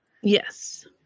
Yes